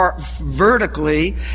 vertically